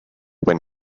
when